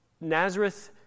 Nazareth